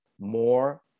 more